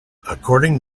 according